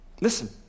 Listen